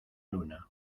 luna